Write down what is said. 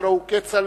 הלוא הוא כצל'ה,